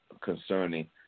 concerning